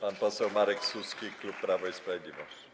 Pan poseł Marek Suski, klub Prawo i Sprawiedliwość.